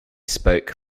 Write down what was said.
spoke